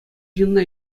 ҫынна